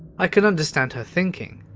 i can understand her thinking.